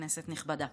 כנסת נכבדה,